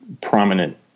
prominent